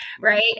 Right